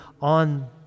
on